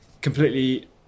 completely